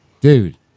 Dude